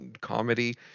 comedy